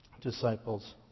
disciples